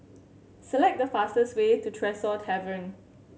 select the fastest way to Tresor Tavern